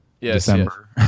December